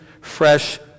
fresh